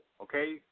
okay